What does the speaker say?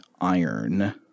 iron